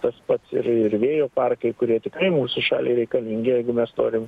tas pats ir ir vėjo parkai kurie tikrai mūsų šaliai reikalingi jeigu mes norim